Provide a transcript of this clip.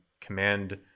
command